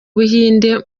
buhinde